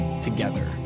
together